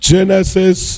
Genesis